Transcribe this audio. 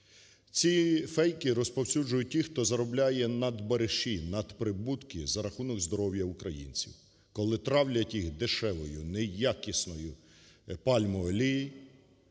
Ці фейки розповсюджують ті, хто заробляє надбариші, надприбутки за рахунок здоров'я українців, коли травлять їх дешевою неякісною пальмовою олією